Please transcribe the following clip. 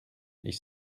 ich